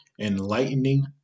enlightening